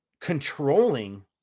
controlling